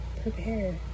prepare